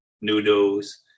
noodles